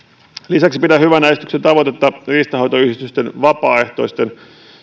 lisäksi pidän hyvänä esityksen tavoitetta riistanhoitoyhdistysten vapaaehtoisten